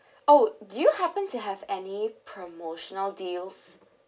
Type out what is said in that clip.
oh do you happen to have any promotional deals